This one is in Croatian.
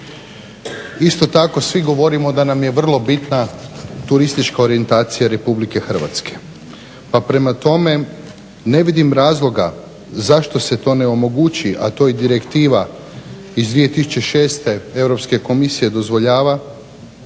Isto tako svi govorimo da nam je vrlo bitna turistička orijentacija RH. pa prema tome ne vidim razloga zašto se to ne omogući, a to je i direktiva iz 2006. EU komisije dozvoljava